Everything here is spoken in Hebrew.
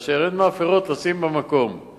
אסור במקומות ציבוריים,